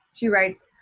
she writes,